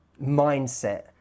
mindset